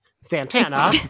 Santana